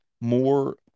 more